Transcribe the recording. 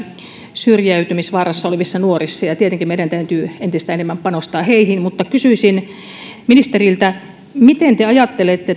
syrjäytymisvaarassa olevissa nuorissa ja ja tietenkin meidän täytyy entistä enemmän panostaa heihin mutta kysyisin ministeriltä mitä te ajattelette